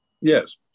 Yes